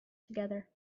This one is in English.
together